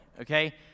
Okay